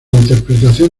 interpretación